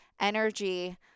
energy